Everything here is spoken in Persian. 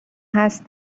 هست